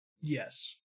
Yes